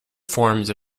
forms